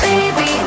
Baby